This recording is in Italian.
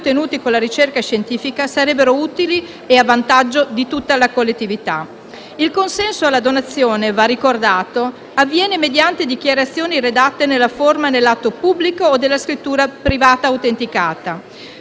Il consenso alla donazione, va ricordato, avviene mediante dichiarazione redatta nella forma dell'atto pubblico o della scrittura privata autenticata.